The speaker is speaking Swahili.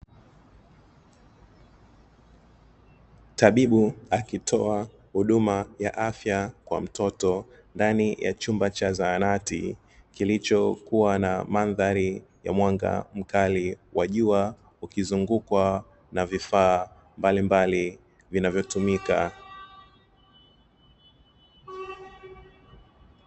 Tabibu akitoa huduma ya afya kwa mtoto ndani ya chumba cha zahanati kilichokuwa na mandhari ya mwanga mkali wa jua, ukizungukwa na vifaa mbalimbali vinavyotumika.